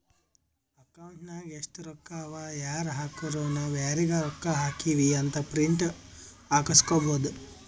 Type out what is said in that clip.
account ನಾಗ್ ಎಸ್ಟ್ ರೊಕ್ಕಾ ಅವಾ ಯಾರ್ ಹಾಕುರು ನಾವ್ ಯಾರಿಗ ರೊಕ್ಕಾ ಹಾಕಿವಿ ಅಂತ್ ಪ್ರಿಂಟ್ ಹಾಕುಸ್ಕೊಬೋದ